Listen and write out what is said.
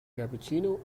cappuccino